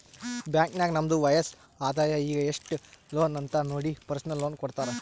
bank ನಾಗ್ ನಮ್ದು ವಯಸ್ಸ್, ಆದಾಯ ಈಗ ಎಸ್ಟ್ ಲೋನ್ ಅಂತ್ ನೋಡಿ ಪರ್ಸನಲ್ ಲೋನ್ ಕೊಡ್ತಾರ್